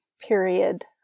period